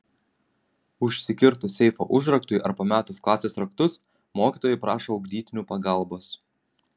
užsikirtus seifo užraktui ar pametus klasės raktus mokytojai prašo ugdytinių pagalbos